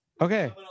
Okay